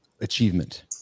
achievement